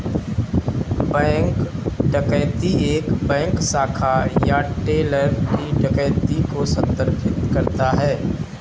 bank डकैती एक bank शाखा या टेलर की डकैती को संदर्भित करता है